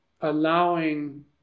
allowing